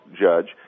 judge